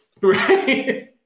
Right